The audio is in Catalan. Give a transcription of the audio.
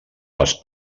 les